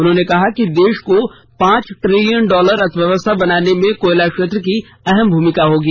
उन्होंने कहा है देश को पांच ट्रिलियन डॉलर अर्थव्यवस्था बनाने में कोयला क्षेत्र की अहम भूमिका होगी